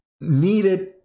needed